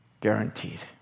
Guaranteed